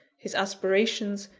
his aspirations,